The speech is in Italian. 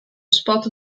spot